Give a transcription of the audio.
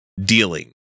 dealing